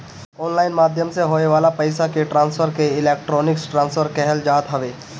online माध्यम से होए वाला पईसा के ट्रांसफर के इलेक्ट्रोनिक ट्रांसफ़र कहल जात हवे